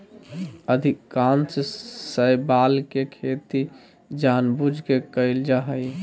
अधिकांश शैवाल के खेती जानबूझ के कइल जा हइ